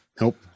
Nope